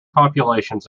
populations